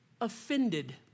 offended